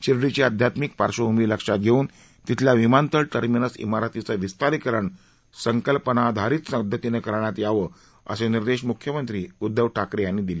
शिर्डीची अध्यात्मिक पार्श्वभूमी लक्षात घेऊन तिथल्या विमानतळ टर्मिनस इमारतीचे विस्तारीकरण संकल्पनाधारित पदधतीनं करण्यात यावेत असे निर्देश मुख्यमंत्री उद्धव ठाकरे यांनी दिले